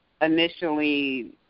initially